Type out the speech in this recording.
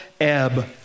ebb